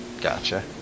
Gotcha